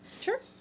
Sure